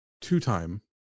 two-time